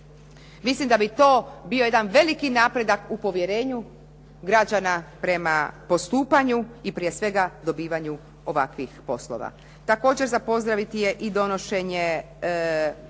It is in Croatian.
Mislim da bi to bio jedan veliki napredak u povjerenju građana prema postupanju i prije svega dobivanju ovakvih poslova. Također, za pozdraviti je i donošenje